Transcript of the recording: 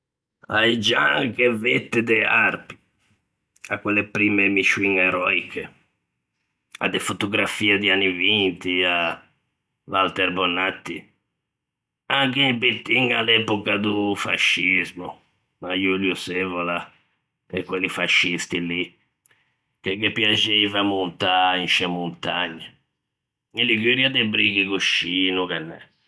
A-e gianche vette de Arpi, à quelle primme miscioin eròiche, à de fotografie di anni '20, à Walter Bonatti, anche un pittin à l'epoca do fascismo, à Julius Evola e quelli fascisti lì, che ghe piaxeiva montâ in sce montagne. In Liguria de bricchi coscì no ghe n'é.